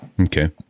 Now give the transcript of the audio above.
Okay